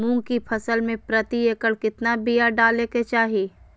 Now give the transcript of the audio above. मूंग की फसल में प्रति एकड़ कितना बिया डाले के चाही?